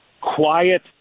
quiet